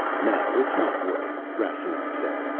no, it's not water, rastignac said,